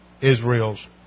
Israel's